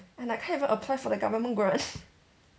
and I can't even apply for the government grant